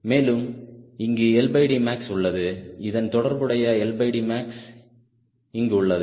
மேலும் இங்கு max உள்ளது இதன் தொடர்புடைய max இங்கு உள்ளது